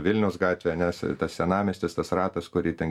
vilniaus gatvę nes tas senamiestis tas ratas kurį ten